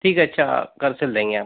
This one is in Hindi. ठीक है अच्छा कल सिल देंगे आप